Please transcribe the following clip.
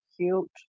cute